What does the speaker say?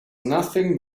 nothing